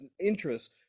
interests